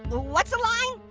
what's the line?